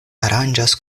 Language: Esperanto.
aranĝas